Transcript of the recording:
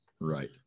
right